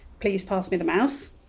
please pass me the mouse,